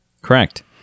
Correct